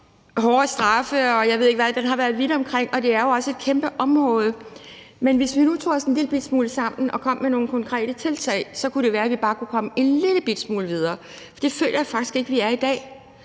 hårdere straffe, og jeg ved ikke hvad. Den har været vidt omkring, og det er jo også et kæmpe område. Hvis vi nu tog os en lillebitte smule sammen og kom med nogle konkrete tiltag, kunne det være, at vi bare kunne komme en lillebitte smule videre. For det føler jeg faktisk ikke at vi er kommet